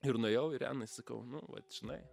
ir nuėjau irenai sakau nu vat žinai